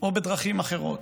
או בדרכים אחרות.